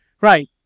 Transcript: Right